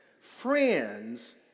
friends